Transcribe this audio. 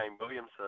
Williamson